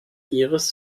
ihres